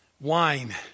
wine